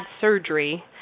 surgery